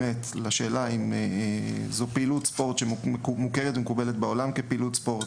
לשאלה: האם זוהי פעילות ספורט שמוכרת ומקובלת בעולם כפעילות ספורט,